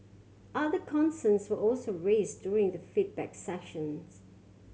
other concerns were also raised during the feedback sessions